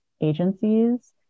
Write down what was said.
agencies